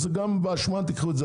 גם באשמה תיקחו על